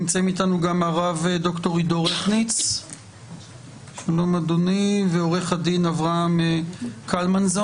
נמצאים איתנו גם הרב ד"ר עידו רכניץ ועורך הדין אברהם קלמנזון.